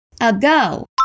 ago